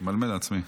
אני ממלמל לעצמי.